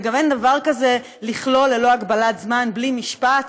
וגם אין דבר כזה לכלוא אנשים ללא הגבלת זמן בלי משפט,